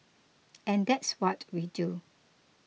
and that's what we do